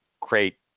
create